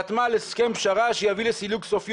חתמה על הסכם פשרה שיביא לסילוק סופי